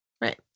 Right